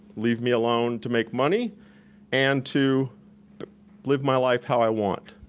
leave me alone to make money and to live my life how i want.